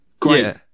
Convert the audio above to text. Great